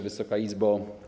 Wysoka Izbo!